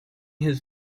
his